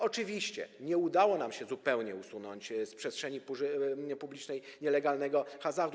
Oczywiście nie udało nam się zupełnie usunąć z przestrzeni publicznej nielegalnego hazardu.